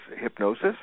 hypnosis